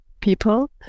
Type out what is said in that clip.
people